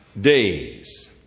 days